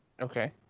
okay